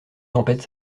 tempête